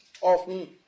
often